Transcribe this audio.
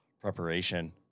preparation